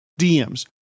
DMs